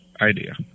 idea